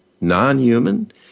non-human